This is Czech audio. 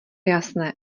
jasné